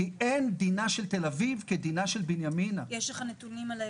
כי אין דינה של תל אביב כדינה של בנימינה.